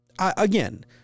again